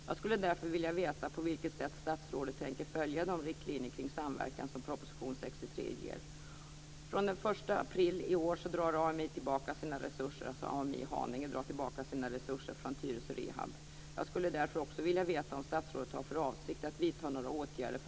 Jag skulle därför vilja veta på vilket sätt statsrådet tänker följa de riktlinjer kring samverkan som proposition 63 ger.